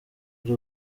ari